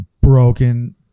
broken